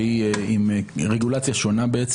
שהיא רגולציה שונה.